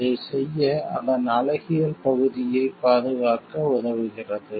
அதைச் செய்ய அதன் அழகியல் பகுதியைப் பாதுகாக்க உதவுகிறது